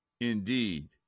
indeed